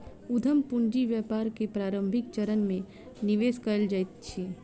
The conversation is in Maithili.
उद्यम पूंजी व्यापार के प्रारंभिक चरण में निवेश कयल जाइत अछि